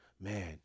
Man